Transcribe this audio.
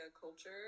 culture